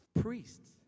Priests